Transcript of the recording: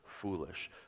foolish